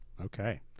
Okay